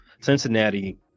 cincinnati